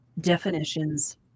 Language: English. definitions